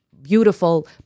beautiful